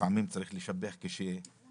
לפעמים צריך לשבח כשצריך.